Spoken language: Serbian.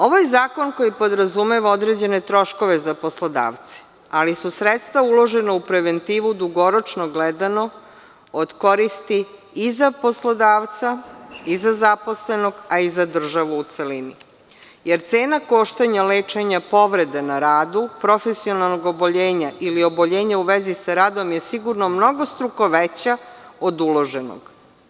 Ovo je zakon koji podrazumeva određene troškove za poslodavce, ali su sredstva uložena u preventivu dugoročno gledano od koristi i za poslodavca i za zaposlenog, a i za državu u celini, jer cena koštanja lečenja povrede na radu profesionalnog oboljenja ili oboljenja u vezi sa radom je sigurno mnogostruko veća od uloženog.